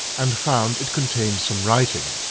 and found it contained some writing,